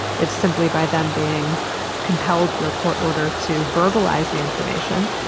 it simply by them being compelled through a court order to verbalise the information.